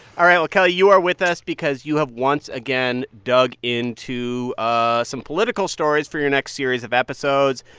all right. well, kelly, you are with us because you have once again dug in to ah some political stories for your next series of episodes.